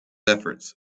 efforts